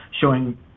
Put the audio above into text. showing